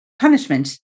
punishment